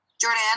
Jordan